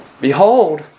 behold